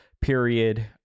period